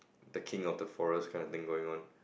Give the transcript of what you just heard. the kind of the forest kinda thing going on